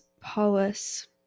Paulus